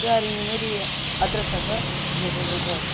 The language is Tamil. சார் இந்த மேரி அட்ரஸாக சார் இதோ சொல்லுறேன் சார்